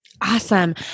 Awesome